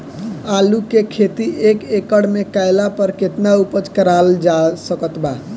आलू के खेती एक एकड़ मे कैला पर केतना उपज कराल जा सकत बा?